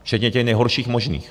Včetně těch nejhorších možných.